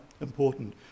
important